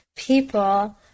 people